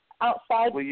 outside